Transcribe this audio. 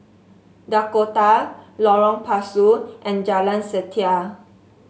Dakota Lorong Pasu and Jalan Setia